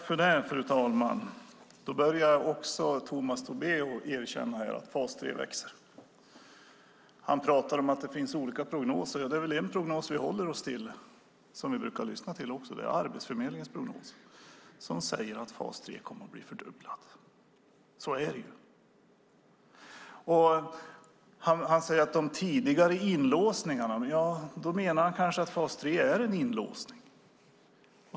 Fru talman! Nu börjar också Tomas Tobé erkänna att fas 3 växer. Han pratar om att det finns olika prognoser. Det är väl en prognos vi håller oss till och brukar lyssna till, och det är Arbetsförmedlingens prognos. Den säger att fas 3 kommer att bli fördubblad. Så är det. Han pratar också om de tidigare inlåsningarna. Då menar han kanske att fas 3 är en inlåsning.